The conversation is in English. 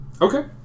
Okay